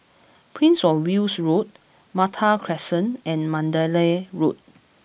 Prince of Wales Road Malta Crescent and Mandalay Road